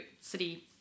city